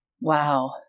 wow